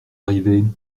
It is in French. arrivée